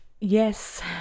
Yes